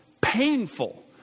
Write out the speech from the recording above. painful